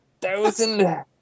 thousand